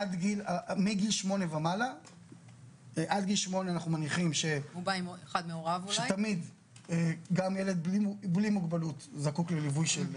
עד גיל 8 אנחנו מניחים שתמיד גם ילד בלי מוגבלות זקוק לליווי של